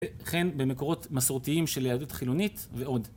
וכן במקורות מסורתיים של היהדות חילונית ועוד